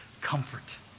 Comfort